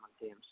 games